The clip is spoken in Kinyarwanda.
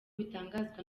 bitangazwa